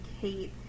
Kate